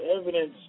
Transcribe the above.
evidence